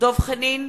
דב חנין,